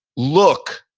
look.